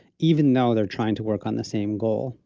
even though they're trying to work on the same goal.